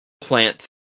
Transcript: plant